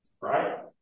Right